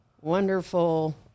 wonderful